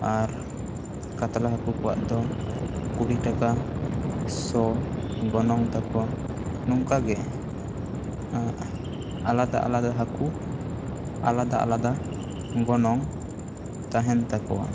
ᱟᱨ ᱠᱟᱛᱞᱟ ᱦᱟᱹᱠᱩ ᱠᱚᱣᱟᱜ ᱫᱚ ᱠᱩᱲᱤ ᱴᱟᱠᱟ ᱥᱚ ᱜᱚᱱᱚᱝ ᱛᱟᱠᱚ ᱱᱚᱝᱠᱟ ᱜᱮ ᱟᱞᱟᱫᱟ ᱟᱞᱟᱫᱟ ᱦᱟᱹᱠᱩ ᱟᱞᱟᱫᱟ ᱟᱞᱟᱫᱟ ᱜᱚᱱᱚᱝ ᱛᱟᱦᱮᱱ ᱛᱟᱠᱚᱭᱟ